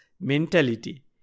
mentality